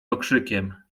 okrzykiem